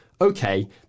okay